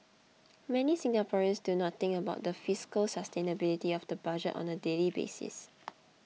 many Singaporeans do not think about the fiscal sustainability of the budget on a daily basis